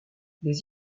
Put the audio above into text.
des